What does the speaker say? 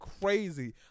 crazy